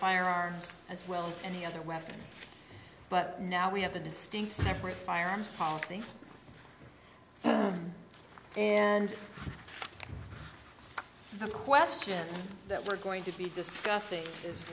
firearms as well as any other weapon but now we have a distinct separate firearms policy and the question that we're going to be discussing is